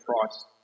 price